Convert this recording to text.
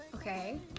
Okay